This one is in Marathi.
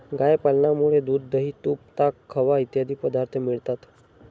गाय पालनामुळे दूध, दही, तूप, ताक, खवा इत्यादी पदार्थ मिळतात